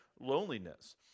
loneliness